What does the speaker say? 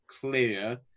clear